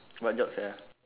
what job sia